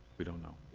we don't know.